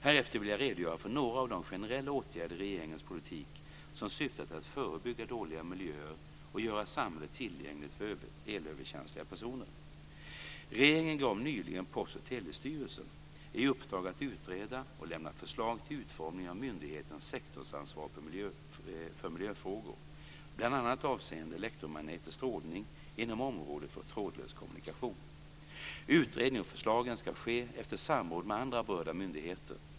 Härefter vill jag redogöra för några av de generella åtgärder i regeringens politik som syftar till att förebygga dåliga miljöer och göra samhället tillgängligt för elöverkänsliga personer. Regeringen gav nyligen Post och telestyrelsen, PTS, i uppdrag att utreda och lämna förslag till utformningen av myndighetens sektorsansvar för miljöfrågor, bl.a. avseende elektromagnetisk strålning inom området för trådlös kommunikation. Utredningen och förslagen ska ske efter samråd med andra berörda myndigheter.